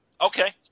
Okay